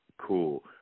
cool